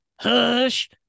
Hush